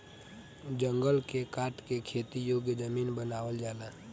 जंगल के काट के खेती योग्य जमीन बनावल जाता